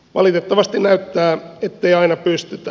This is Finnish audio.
valitettavasti näyttää ettei aina pystytä